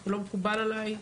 הוא לא מקובל עליי.